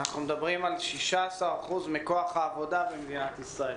אנחנו מדברים על 16% מכוח העבודה במדינת ישראל.